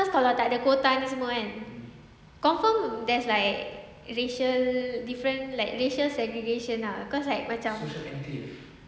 cause kalau tak ada quota ni semua kan confirm there's like racial different like racial segregation ah cause like macam